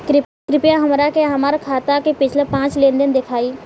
कृपया हमरा के हमार खाता के पिछला पांच लेनदेन देखाईं